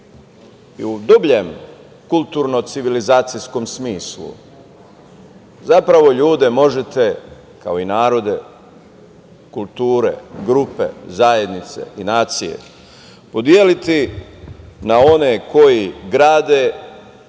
ne.U dubljem kulturno-civilizacijskom smislu zapravo ljude možete kao i narode, kulture, grupe, zajednice, nacije podeliti na one koji grade